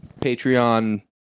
Patreon